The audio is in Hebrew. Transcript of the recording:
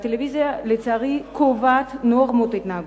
והטלוויזיה קובעת נורמות התנהגות,